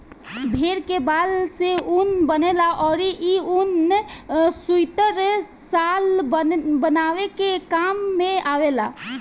भेड़ के बाल से ऊन बनेला अउरी इ ऊन सुइटर, शाल बनावे के काम में आवेला